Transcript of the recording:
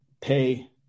pay